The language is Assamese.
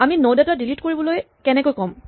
আমি নড এটা ডিলিট কৰিবলৈ কেনেকৈ ক'ম